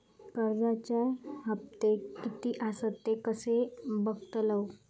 कर्जच्या हप्ते किती आसत ते कसे बगतलव?